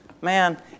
Man